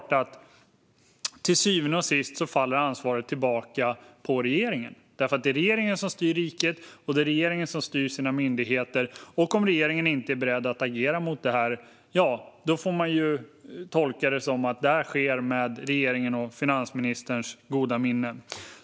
Till syvende och sist faller ansvaret på regeringen, för det är regeringen som styr riket och sina myndigheter. Om regeringen inte är beredd att agera mot detta får man tolka det som att det sker med regeringens och finansministerns goda minne.